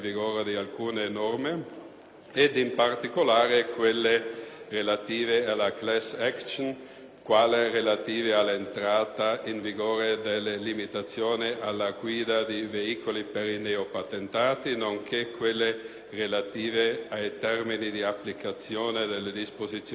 ed in particolare quelle relative alla *class action*, quelle relative all'entrata in vigore delle limitazioni alla guida di veicoli per i neopatentati, nonché quelle relative ai termini di applicazione delle disposizioni in materia di comunicazione